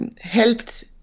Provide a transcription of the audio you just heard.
helped